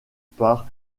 par